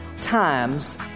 times